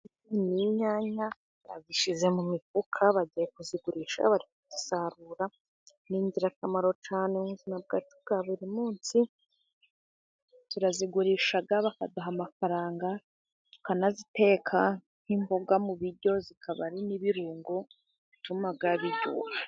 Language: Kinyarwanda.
Imyanya bazishyize mu mifuka bagiye kuzigurisha bari kuzisarura, n'ingirakamaro cyane mu buzima bwacu bwa buri munsi. turazigurisha bakaduha amafaranga tukanaziteka nk'imboga mu biryo zikaba ari n'ibirungo bituma biryoha.